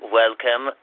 welcome